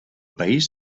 país